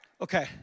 Okay